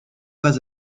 pas